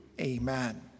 amen